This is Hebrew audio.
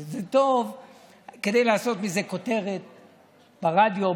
זה טוב כדי לעשות מזה כותרת ברדיו,